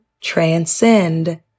transcend